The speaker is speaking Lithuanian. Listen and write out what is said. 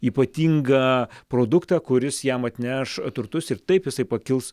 ypatingą produktą kuris jam atneš turtus ir taip jisai pakils